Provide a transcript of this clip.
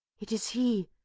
it is he,